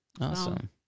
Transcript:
awesome